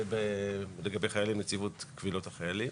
ולגבי חיילים "נציבות קבילות החיילים".